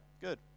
good